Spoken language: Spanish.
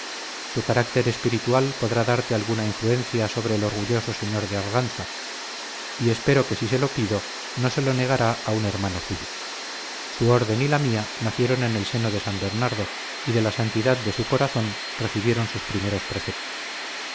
su carácter espiritual podrá darle alguna influencia sobre el orgulloso señor de arganza y espero que si se lo pido no se lo negará a un hermano suyo su orden y la mía nacieron en el seno de san bernardo y de la santidad de su corazón recibieron sus primeros preceptos